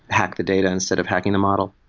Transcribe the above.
hack the data instead of hacking the model.